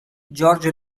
george